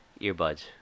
Earbuds